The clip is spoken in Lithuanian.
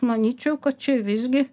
manyčiau kad čia visgi